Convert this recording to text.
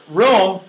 room